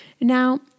Now